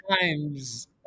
times